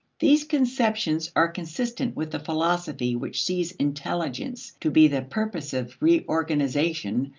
these conceptions are consistent with the philosophy which sees intelligence to be the purposive reorganization,